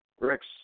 Rex